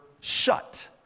shut